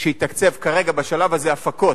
שיתקצב כרגע, בשלב הזה, הפקות,